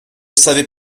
savait